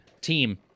team